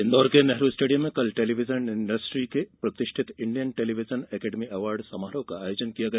इंदौर के नेहरु स्टेडियम में कल टेलीविजन इंडस्ट्रीज के प्रतिष्ठित इंडियन टेलीविजन एकेडमी अवार्ड समारोह का आयोजन किया गया